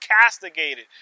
castigated